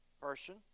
person